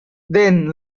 then